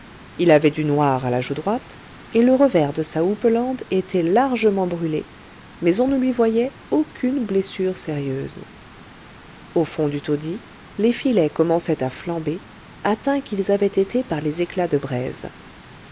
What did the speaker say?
il avait du noir à la joue droite et le revers de sa houppelande était largement brûlé mais on ne lui voyait aucune blessure sérieuse au fond du taudis les filets commençaient à flamber atteints qu'ils avaient été par les éclats de braise